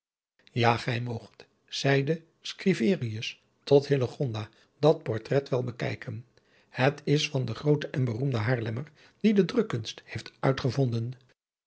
gij moogt zeide scriverius tot hillegonda dat portrait wel bekijken het is van den grooten en beroemden haarlemmer die de drukkunst heeft uitgevonden